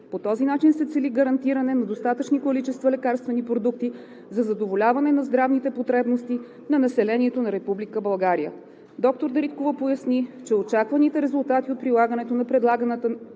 По този начин се цели гарантиране на достатъчни количества лекарствени продукти за задоволяване на здравните потребности на населението на Република България. Доктор Дариткова поясни, че очакваните резултати от прилагането на предлаганата